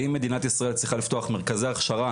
ואם מדינת ישראל צריכה לפתוח מרכזי הכשרה